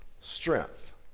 strength